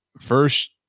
First